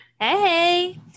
Hey